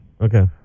okay